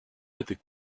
étaient